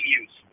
use